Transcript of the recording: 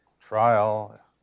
trial